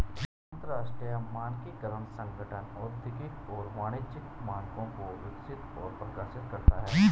अंतरराष्ट्रीय मानकीकरण संगठन औद्योगिक और वाणिज्यिक मानकों को विकसित और प्रकाशित करता है